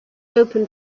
open